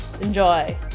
enjoy